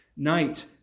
Night